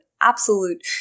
absolute